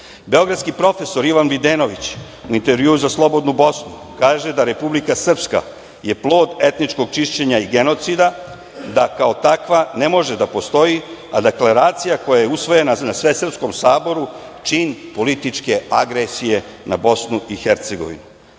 akademik. Beogradski profesor Ivan Videnović u intervjuu za „Slobodnu Bosnu“ kaže da Republika Srpska je plod etničkog čišćenja i genocida, da kao takva ne može da postoji, a da deklaracija koja je usvojena na Svesrpskom saboru čin političke agresije na BiH.Sa ovog